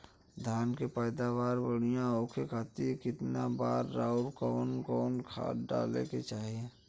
धान के पैदावार बढ़िया होखे खाती कितना बार अउर कवन कवन खाद डाले के चाही?